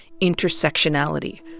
intersectionality